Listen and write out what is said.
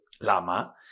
Lama